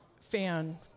fan